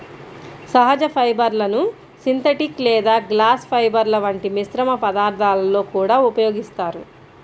సహజ ఫైబర్లను సింథటిక్ లేదా గ్లాస్ ఫైబర్ల వంటి మిశ్రమ పదార్థాలలో కూడా ఉపయోగిస్తారు